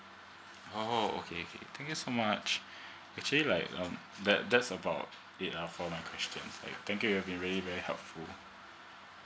oh okay okay thank you so much actually like um that that's about it uh for my question thank you you have been really very helpful